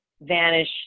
vanish